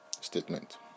statement